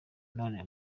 none